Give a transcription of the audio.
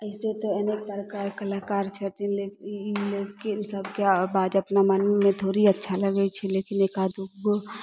अइसे तऽ अनेक प्रकारके कलाकार छथिन लेकिन लेकिन सभके बात अपना मोनमे थोड़ी अच्छा लागै छै लेकिन एका दुइगो